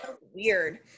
Weird